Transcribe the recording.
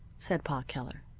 said pa keller.